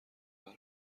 برات